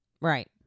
Right